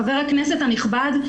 חבר הכנסת הנכבד,